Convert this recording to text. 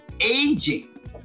aging